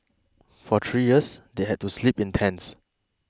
for three years they had to sleep in tents